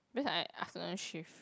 because I afternoon shift